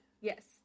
Yes